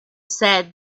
said